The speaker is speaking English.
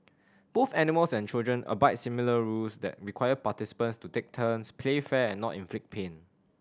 both animals and children abide similar rules that require participants to take turns play fair and not inflict pain